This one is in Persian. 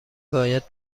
باید